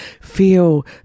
feel